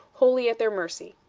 wholly at their mercy.